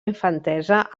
infantesa